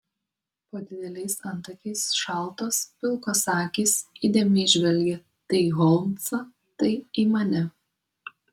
po dideliais antakiais šaltos pilkos akys įdėmiai žvelgė tai į holmsą tai į mane